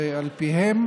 ועל פיהם,